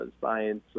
science